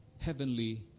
heavenly